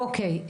אוקי,